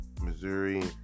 missouri